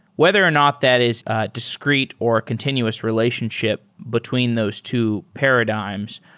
whether or not that is discrete or continuous relationship between those two paradigms,